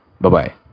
Bye-bye